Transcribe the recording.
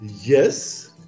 yes